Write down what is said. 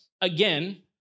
Again